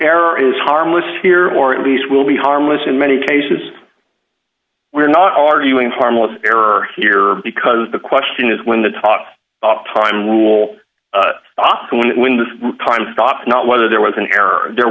error is harmless here or at least will be harmless in many cases we're not arguing harmless error here because the question is when the talk time rule when it when the time to stop not whether there was an error or there